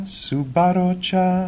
subarocha